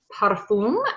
perfume